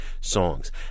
songs